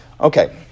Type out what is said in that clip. Okay